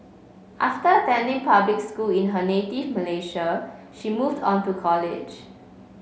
after attending public school in her native Malaysia she moved on to college